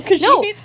No